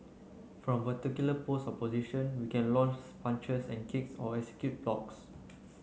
from particular pose or position we can punches and kicks or execute blocks